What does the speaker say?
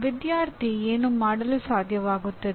ವಿದ್ಯಾರ್ಥಿ ಏನು ಮಾಡಲು ಸಾಧ್ಯವಾಗುತ್ತದೆ